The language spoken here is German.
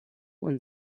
und